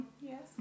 yes